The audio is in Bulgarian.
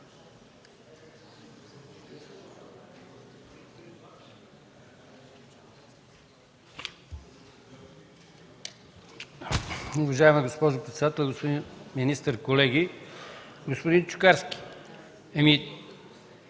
Уважаема госпожо председател, господин министър, колеги! Господин Чукарски, не